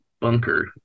bunker